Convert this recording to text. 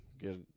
get